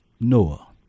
Noah